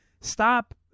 stop